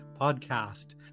podcast